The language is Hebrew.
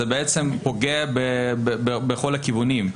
זה בעצם פוגע בכל הכיוונים,